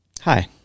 Hi